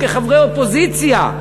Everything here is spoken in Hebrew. כחברי אופוזיציה,